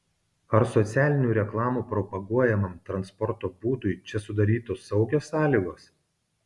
ar socialinių reklamų propaguojamam transporto būdui čia sudarytos saugios sąlygos